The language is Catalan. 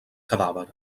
cadàver